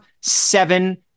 seven